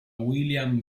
william